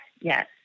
Yes